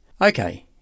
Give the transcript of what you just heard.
Okay